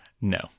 No